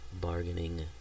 bargaining